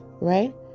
right